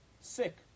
sick